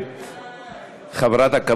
הרווחה והשירותים החברתיים אני